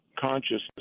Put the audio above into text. consciousness